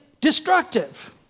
destructive